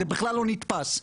זה בכלל לא נתפס.